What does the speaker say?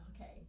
Okay